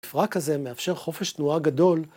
‫מפרק הזה מאפשר חופש תנועה גדול.